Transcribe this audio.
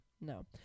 no